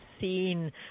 seen